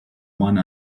one